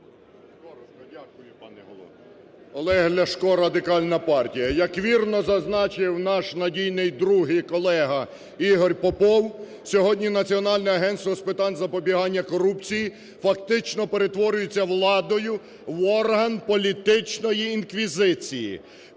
Олег Ляшко, Радикальна партія. Як вірно зазначив наш надійний друг і колега Ігор Попов, сьогодні Національне агентство з питань запобігання корупції фактично перетворюється владою в орган політичної інквізиції,